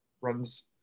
runs